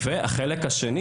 החלק השני